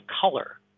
color